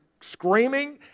screaming